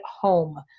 Home